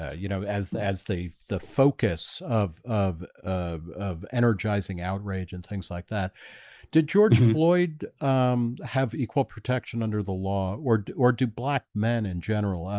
ah you know as the the the focus of of of of energizing outrage and things like that did george floyd um have equal protection under the law or or do black men in general, ah,